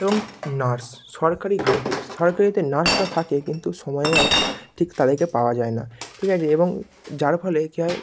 এবং নার্স সরকারি ঘাটতি সরকারিতে নার্সরা থাকে কিন্তু সময় ঠিক তাদেরকে পাওয়া যায় না ঠিক আছে এবং যার ফলে কী হয়